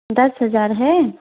दस हज़ार है